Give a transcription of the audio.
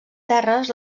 terres